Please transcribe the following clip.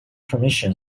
permission